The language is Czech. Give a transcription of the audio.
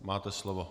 Máte slovo.